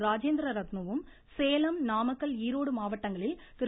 ராஜேந்திர ரத்னூவும் சேலம் நாமக்கல் ஈரோடு மாவட்டங்களில் திரு